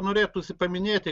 norėtųsi paminėti